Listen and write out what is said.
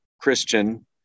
Christian